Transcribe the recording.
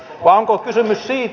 vai onko kysymys siitä